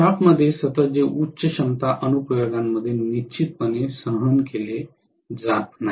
शाफ्टमध्ये सतत जे उच्च क्षमता अनुप्रयोगांमध्ये निश्चितपणे सहन केले जात नाही